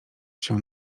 się